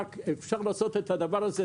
רק אפשר לעשות את הדבר הזה,